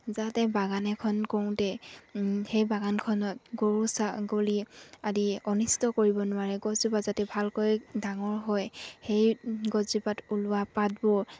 যাতে বাগান এখন কৰোঁতে সেই বাগানখনত গৰু ছাগলি আদি অনিষ্ট কৰিব নোৱাৰে গছজোপাত যাতে ভালকৈ ডাঙৰ হয় সেই গছজোপাত ওলোৱা পাতবোৰ